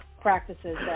practices